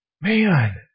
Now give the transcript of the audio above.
Man